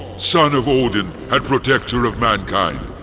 son of odin and protector of mankind.